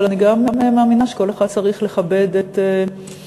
אבל אני גם מאמינה שכל אחד צריך לכבד את האחר.